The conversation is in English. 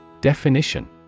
Definition